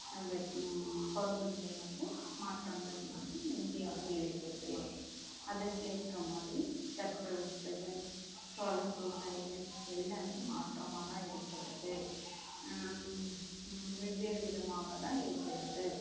web பருவநிலை வந்து மாற்றங்கள் வந்து இந்தியாவில் இருக்கிறது அதற்கேற்ற மாதிரி தட்ப வெட்ப கால சூழ்நிலைகள் எல்லாமே மாற்றமாக தான் இருக்கிறது வெவ்வேறு விதமாக தான் இருக்கிறது